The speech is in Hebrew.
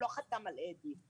סרן עומרי שחר,